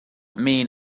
mean